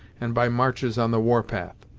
and by marches on the warpath.